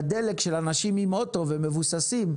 בדלק של אנשים מבוססים עם אוטו,